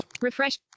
Refresh